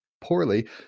poorly